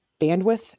bandwidth